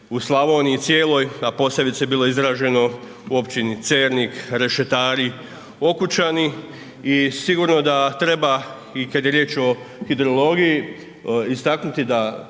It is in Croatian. u Slavoniji cijeloj a posebice je bilo izraženo u općini Cernik, Rešetari, Okučani i sigurno da treba i kad je riječ o hidrologiji istaknuti da